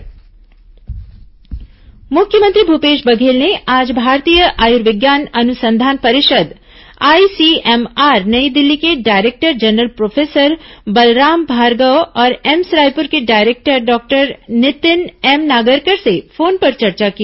मुख्यमंत्री ICMR AIIMS मुख्यमंत्री भूपेश बघेल ने आज भारतीय आयुर्विज्ञान अनुसंधान परिषद आईसीएमआर नई दिल्ली के director general professor Balram Bhargava और एम्स रायपुर के director doctor Nitin M Nagarkar से फोन पर चर्चा की